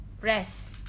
rest